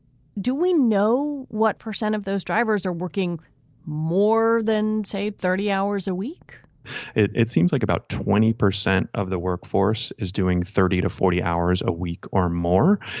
do we know what percent of those drivers are working more than say thirty hours a week it it seems like about twenty percent of the workforce is doing thirty to forty hours a week or more.